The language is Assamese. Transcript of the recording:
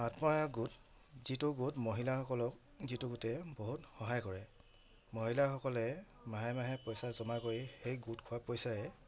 আত্মসহায়ক গোট যিটো গোট মহিলাসকলক যিটো গোটেই বহুত সহায় কৰে মহিলাসকলে মাহে মাহে পইচা জমা কৰি সেই গোটখোৱা পইচাৰে